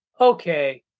okay